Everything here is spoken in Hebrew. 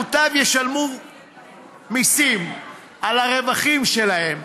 מוטב ישלמו מיסים על הרווחים שלהם,